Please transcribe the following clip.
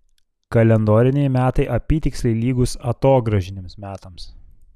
kalendoriniai metai apytiksliai lygūs atogrąžiniams metams